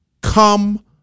come